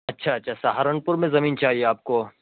اچھا اچھا سہارنپور میں زمین چاہیے آپ کو